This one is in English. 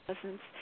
presence